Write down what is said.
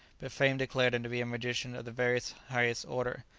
but fame declared him to be a magician of the very highest order.